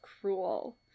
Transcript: cruel